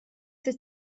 the